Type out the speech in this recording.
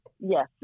Yes